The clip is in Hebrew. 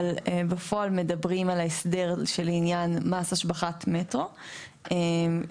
אבל בפועל מדברים על ההסדר של עניין מס השבחת מטרו שנוצר.